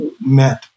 meant